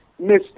Mr